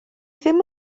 ddim